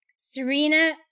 serena